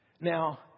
Now